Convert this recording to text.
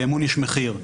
לאמון יש מחיר,